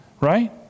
right